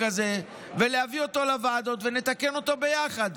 הזה ולהביא אותו לוועדות ונתקן אותו ביחד.